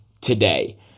today